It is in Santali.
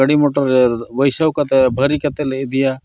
ᱜᱟᱹᱰᱤ ᱨᱮ ᱵᱟᱹᱭᱥᱟᱹᱣ ᱠᱟᱛᱮᱫ ᱵᱷᱟᱹᱨᱤ ᱠᱟᱛᱮᱫ ᱞᱮ ᱤᱫᱤᱭᱟ